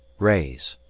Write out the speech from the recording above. raise!